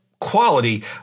quality